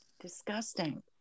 disgusting